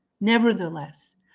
Nevertheless